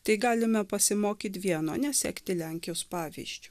tai galime pasimokyt vieno nesekti lenkijos pavyzdžiu